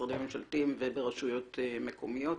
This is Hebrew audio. משרדים ממשלתיים ורשויות מקומיות.